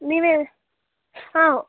ನೀವೇ ಹಾಂ